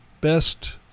best